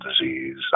disease